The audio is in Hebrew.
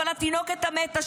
אבל התינוקת המתה,